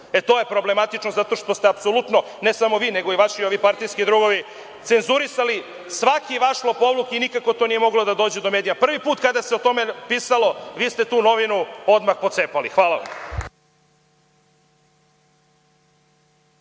To je problematično, jer ste apsolutno, ne samo vi, nego i vaši partijski drugovi, cenzurisali svaki vaš lopovluk i nikako to nije moglo da dođe do medija. Prvi put kada se o tome pisalo vi ste tu novinu odmah pocepali. Hvala vam.